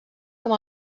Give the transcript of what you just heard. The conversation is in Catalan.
com